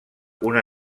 una